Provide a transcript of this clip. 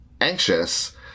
anxious